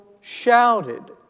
shouted